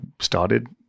started